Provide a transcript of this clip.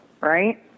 Right